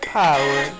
power